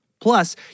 Plus